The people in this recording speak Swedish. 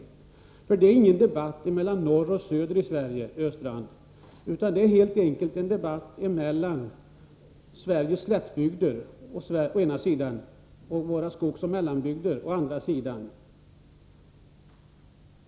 Det är inte fråga om någon debatt mellan norr och söder i Sverige, Olle Östrand, utan det är helt enkelt en debatt mellan dem som företräder Sveriges slättbygder å ena sidan och dem som företräder Sveriges skogsoch mellanbygder å andra sidan.